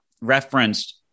referenced